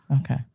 Okay